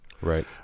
Right